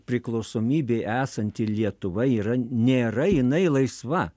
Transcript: priklausomybei esanti lietuva yra nėra jinai laisva